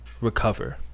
recover